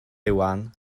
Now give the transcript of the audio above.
iwan